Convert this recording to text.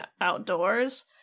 outdoors